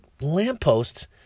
lampposts